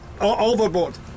overboard